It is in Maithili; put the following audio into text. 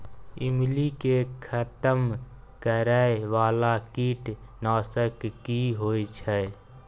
ईमली के खतम करैय बाला कीट नासक की होय छै?